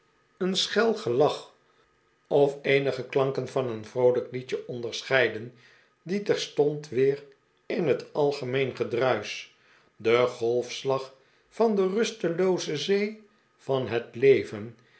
een schel gelach of eenige klanken van een vroolijk liedje onderscheiden die terstond weer in het algemeene gedruisch den golfslag van de rustelooze zee van het leven